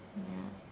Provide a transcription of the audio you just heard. ya